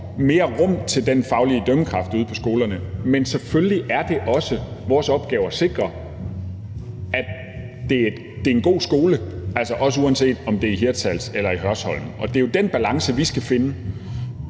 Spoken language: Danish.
mere rum til den faglige dømmekraft ude på skolerne. Men selvfølgelig er det også vores opgave at sikre, at det er en god skole, uanset om det er i Hirtshals eller i Hørsholm. Det er jo den balance, vi skal finde.